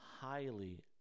highly